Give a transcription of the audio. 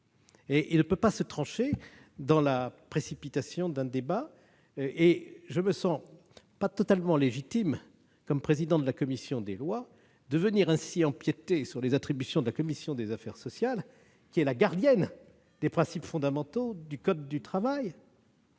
Il ne peut pas l'être dans la précipitation. Par ailleurs, je ne me sens pas totalement légitime, en tant que président de la commission des lois, d'empiéter ainsi sur les attributions de la commission des affaires sociales, qui est la gardienne des principes fondamentaux du code du travail.